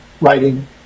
writing